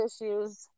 issues